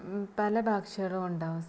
പല ഭാഷകളുമുണ്ടാവും